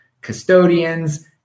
custodians